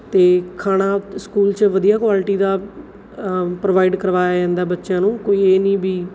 ਅਤੇ ਖਾਣਾ ਸਕੂਲ 'ਚ ਵਧੀਆ ਕੁਆਲਿਟੀ ਦਾ ਪ੍ਰੋਵਾਈਡ ਕਰਵਾਇਆ ਜਾਂਦਾ ਬੱਚਿਆਂ ਨੂੰ ਕੋਈ ਇਹ ਨਹੀਂ ਵੀ